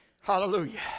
hallelujah